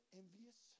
envious